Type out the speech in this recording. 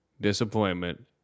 disappointment